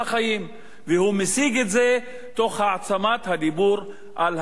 והוא משיג את זה תוך העצמת הדיבור על האיום האירני.